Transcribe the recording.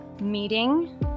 meeting